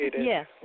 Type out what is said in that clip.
Yes